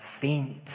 faint